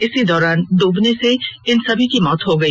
इसी दौरान डूबने से सभी की मौत हो गई